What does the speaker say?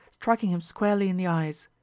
striking him squarely in the eyes.